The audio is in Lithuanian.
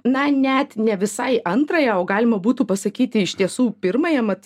na net ne visai antrąją o galima būtų pasakyti iš tiesų pirmąją mat